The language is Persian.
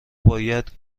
باید